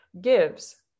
gives